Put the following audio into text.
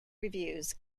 reviews